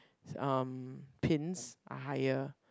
um pins are higher